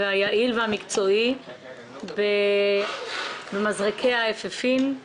היעיל והמקצועי במזרקי האפיפן.